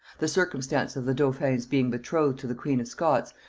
the circumstance of the dauphin's being betrothed to the queen of scots,